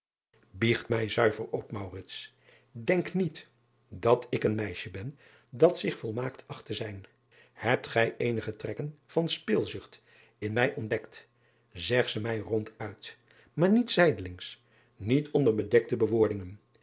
zuiver op enk niet dat ik een meisje ben dat zich volmaakt acht te zijn ebt gij eenige trekken van spilzucht in mij ontdekt zeg ze mij rond uit maar niet zijdelings niet onder bedekte bewoordingen